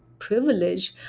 privilege